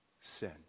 sin